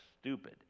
stupid